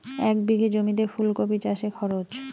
এক বিঘে জমিতে ফুলকপি চাষে খরচ?